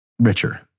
richer